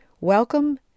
Welcome